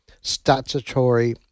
statutory